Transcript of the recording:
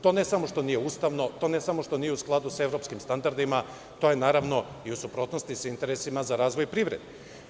To ne samo što nije ustavno, nije u skladu sa evropskim standardima, to je i u suprotnosti sa interesima za razvoj privrede.